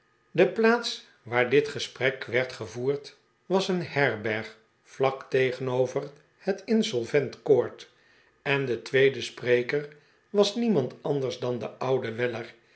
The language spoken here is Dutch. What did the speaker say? de plaats waar dit gesprek werd gevoerd was een herberg vlak tegenover het insolvent court en de tweede spreker was niemand anders dan de oude weller